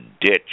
ditch